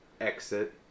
exit